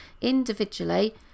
individually